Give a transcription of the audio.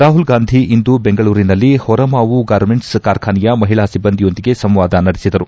ರಾಹುಲ್ ಗಾಂಧಿ ಇಂದು ಬೆಂಗಳೂರಿನಲ್ಲಿ ಹೊರಮಾವು ಗಾರ್ಮೆಂಟ್ಲ್ ಕಾರ್ಖಾನೆಯ ಮಹಿಳಾ ಸಿಬ್ಬಂದಿಯೊಂದಿಗೆ ಸಂವಾದ ನಡೆಸಿದರು